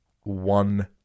One